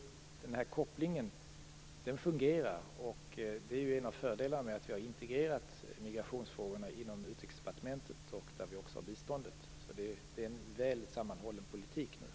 Den här kopplingen fungerar alltså, och det är en av fördelarna med att vi har integrerat migrationsfrågorna inom Utrikesdepartementet, där vi också har biståndet. Det är en väl sammanhållen politik nu.